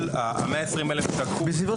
ה-120 אלף שקול, זה בסביבות